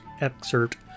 excerpt